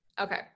Okay